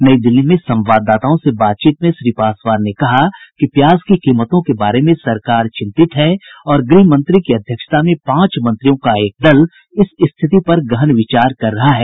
नई दिल्ली में संवाददाताओं से बातचीत में श्री पासवान ने कहा कि प्याज की कीमतों के बारे में सरकार चिंतित है और गृहमंत्री की अध्यक्षता में पांच मंत्रियों का एक दल इस स्थिति पर गहन विचार कर रहा है